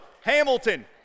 Hamilton